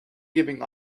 giving